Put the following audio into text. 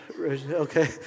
Okay